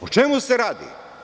O čemu se radi?